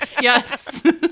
Yes